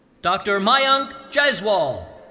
dr. mayank jaiswal.